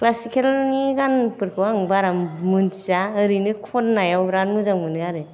classical नि गानफोरखौ आं बारा मोनथिया ओरैनो खननायाव बिराद मोजां मोनो आरो